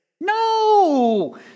no